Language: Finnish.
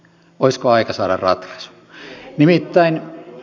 olisiko aika saada ratkaisu